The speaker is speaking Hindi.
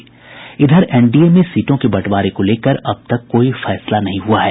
एनडीए में सीटों के बंटवारे को लेकर अब तक कोई फैसला नहीं हुआ है